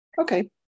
Okay